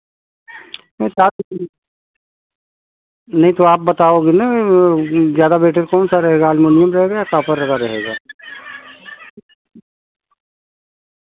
नहीं तो आप बताओगे ना ज़्यादा बैटर कौनसा रहेगा अल्युमिनियम रहेगा या कॉपर वायर रहेगा